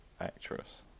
actress